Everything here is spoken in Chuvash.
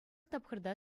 тапхӑрта